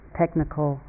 technical